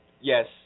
yes